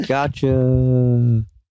Gotcha